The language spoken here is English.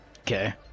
okay